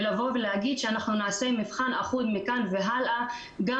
ולהגיד שנעשה מבחן אחוד מכאן והלאה גם